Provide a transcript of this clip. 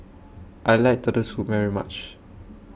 I like Turtle Soup very much